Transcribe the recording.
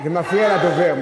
זה מפריע לדובר.